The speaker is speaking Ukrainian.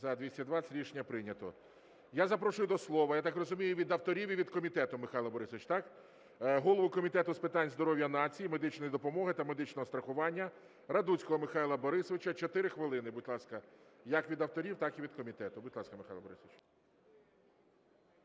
За-220 Рішення прийнято. Я запрошую до слова (я так розумію, від авторів і від комітету, Михайле Борисовичу, так?) голову Комітету з питань здоров'я нації, медичної допомоги та медичного страхування Радуцького Михайла Борисовича. 4 хвилин, будь ласка, як від авторів, так і від комітету. Будь ласка, Михайле Борисовичу.